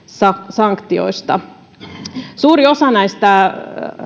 sanktioista suurella osalla näistä